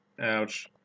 Ouch